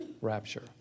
rapture